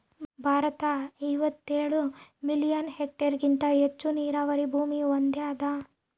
ಭಾರತ ಐವತ್ತೇಳು ಮಿಲಿಯನ್ ಹೆಕ್ಟೇರ್ಹೆಗಿಂತ ಹೆಚ್ಚು ನೀರಾವರಿ ಭೂಮಿ ಹೊಂದ್ಯಾದ